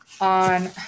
On